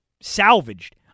salvaged